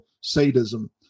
sadism